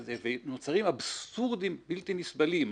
ונוצרים אבסורדים בלתי נסבלים.